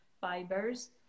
fibers